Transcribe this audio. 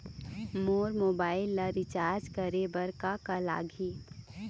मोर mobile ला recharge करे बर का का लगही?